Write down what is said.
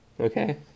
Okay